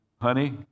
Honey